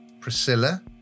Priscilla